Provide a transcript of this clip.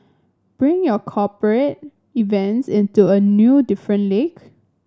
bring your cooperate events into a new different league